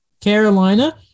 Carolina